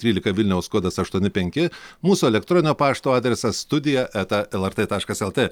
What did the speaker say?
trylika vilniaus kodas aštuoni penki mūsų elektroninio pašto adresas studija eta lrt taškas lt